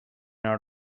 out